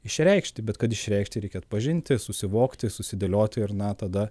išreikšti bet kad išreikšti reikia atpažinti susivokti susidėlioti ir na tada